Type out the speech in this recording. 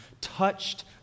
touched